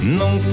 non